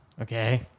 Okay